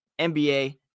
NBA